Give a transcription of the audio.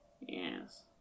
Yes